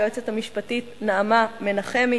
ליועצת המשפטית נעמה מנחמי,